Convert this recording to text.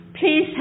Please